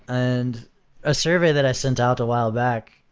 and a survey that i sent out a while back,